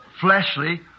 fleshly